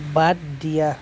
বাদ দিয়া